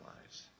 lives